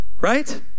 Right